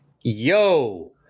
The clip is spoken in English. Yo